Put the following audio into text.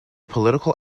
political